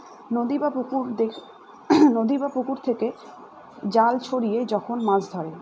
নদী বা পুকুর থেকে জাল ছড়িয়ে যখন মাছ ধরে